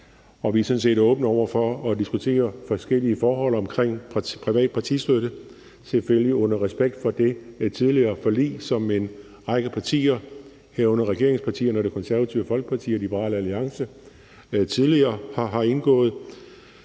vi er sådan set åbne over for at diskutere forskellige forhold omkring privat partistøtte, selvfølgelig med respekt for det tidligere forlig, som en række partier, herunder regeringspartierne, Det Konservative Folkeparti og Liberal Alliance, tidligere har indgået.